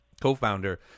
co-founder